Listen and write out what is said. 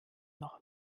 noch